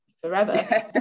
forever